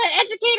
Educator